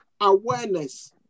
awareness